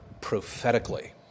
prophetically